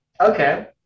Okay